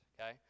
okay